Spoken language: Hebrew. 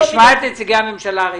נשמע את נציגי הממשלה.